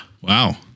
Wow